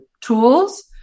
tools